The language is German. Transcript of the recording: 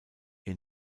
ihr